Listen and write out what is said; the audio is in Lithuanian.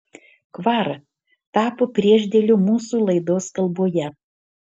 kvar tapo priešdėliu mūsų laidos kalboje